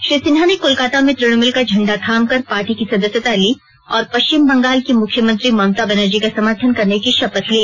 श्री सिन्हा ने कोलकाता में तृणमूल का झंडा थाम कर पार्टी की सदस्यता ली और पश्चिम बंगाल की मुख्यमंत्री ममता बनर्जी का समर्थन करने की शपथ ली